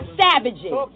savages